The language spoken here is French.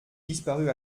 disparut